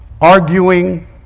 arguing